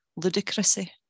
ludicrousy